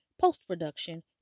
post-production